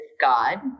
God